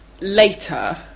later